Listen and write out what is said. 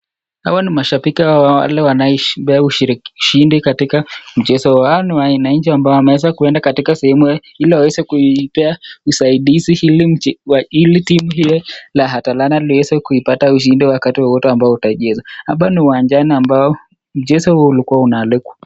Hawa ni mashabiki wa wale wanaishabikia ushindi katika mchezo wao. Hawa ni wananchi ambao wameweza kuenda katika sehemu hiyo ili waweze kuipatia usaidizi ili timu hii la Atalanta liweze kuipata ushindi wakati wowote ambao utachezwa. Hapa ni uwanjani ambapo mchezo huu ulikuwa unaandaliwa.